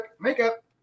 Makeup